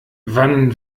wann